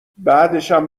بعدشم